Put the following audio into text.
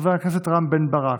חבר הכנסת רם בן ברק,